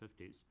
1950s